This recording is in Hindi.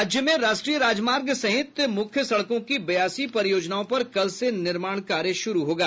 राज्य में राष्ट्रीय राजमार्ग सहित मुख्य सड़कों की बयासी परियोजनाओं पर कल से निर्माण कार्य शुरू होगा